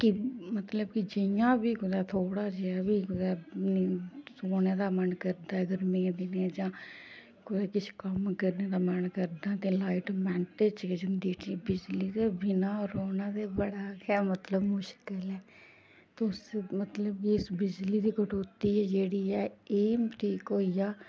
कि मतलब कि जियां बी कुदै थोह्ड़ा जेहा बी कुदै सोने दा मन करदा ऐ अगर जां कुदै किश कम्म करने दा मन करदा ते लाइट मैंटें च गै जंदी उठी बिजली दे बिना रौह्ना ते बड़ा गै मतलब मुश्कल ऐ तुस मतलब कि इस बिजली दी कटौती ऐ जेह्ड़ी ऐ एह् ठीक होई जा